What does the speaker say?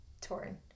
torn